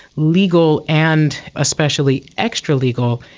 legal and especially extra-legal,